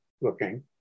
looking